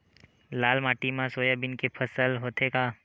लाल माटी मा सोयाबीन के फसल होथे का?